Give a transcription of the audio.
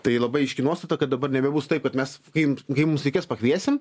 tai labai aiški nuostata kad dabar nebebus taip kad mes kaip kai mums reikės pakviesim